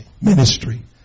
ministry